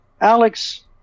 Alex